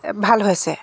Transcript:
ভাল হৈছে